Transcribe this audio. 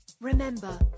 Remember